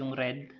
um red,